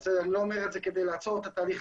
אני לא אומר את זה כדי לעצור את התהליך,